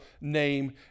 name